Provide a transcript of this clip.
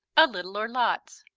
a little or lots.